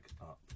up